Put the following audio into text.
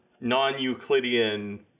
non-Euclidean